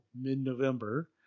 mid-November